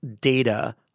data